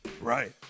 Right